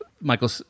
Michael